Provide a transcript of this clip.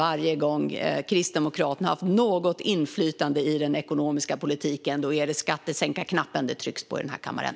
Varje gång Kristdemokraterna har haft något inflytande på den ekonomiska politiken är det skattesänkarknappen det tryckts på i kammaren.